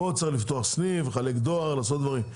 כאן צריך לפתוח סניף, לחלק דואר, לעשות דברים.